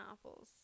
apples